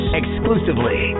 exclusively